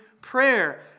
prayer